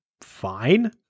fine